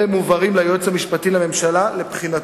אלה מועברים ליועץ המשפטי לממשלה לבחינתו.